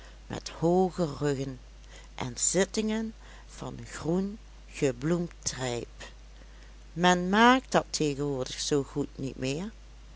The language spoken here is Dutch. met hooge ruggen en zittingen van groen gebloemd trijp men maakt dat tegenwoordig zoo goed niet meer